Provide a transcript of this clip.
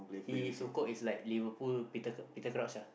he so called is like Liverpool Petercr~ Petercrouch ah